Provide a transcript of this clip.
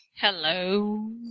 Hello